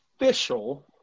official –